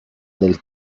del